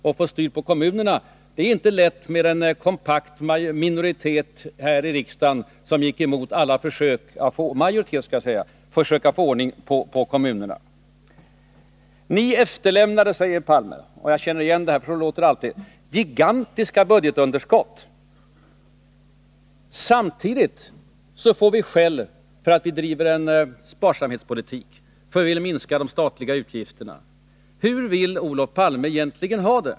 Och det var inte lätt att mot en kompakt majoritet här i riksdagen, som gick emot alla förslag, få ordning på kommunerna. ”Ni efterlämnar”, säger Olof Palme — och jag känner igen det, för så låter det alltid —, ”gigantiska budgetunderskott”. Samtidigt får vi skäll för att vi driver sparsamhetspolitik, för att vi vill minska de statliga utgifterna. Hur vill Olof Palme egentligen ha det?